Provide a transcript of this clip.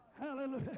hallelujah